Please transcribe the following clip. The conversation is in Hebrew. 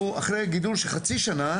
אחרי גידול של חצי שנה,